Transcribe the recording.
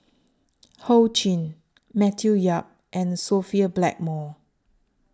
Ho Ching Matthew Yap and Sophia Blackmore